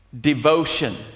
Devotion